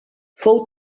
fou